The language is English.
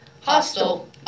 Hostel